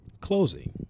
closing